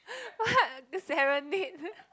what serenade